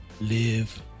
live